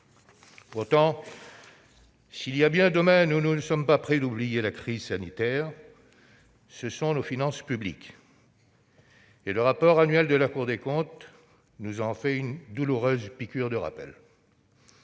Pourtant, s'il y a bien un domaine où nous ne sommes pas près d'oublier la crise sanitaire, ce sont nos finances publiques. Le rapport public annuel de la Cour des comptes constitue en cela une douloureuse piqûre de rappel.